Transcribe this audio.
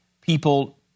people